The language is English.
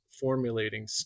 formulating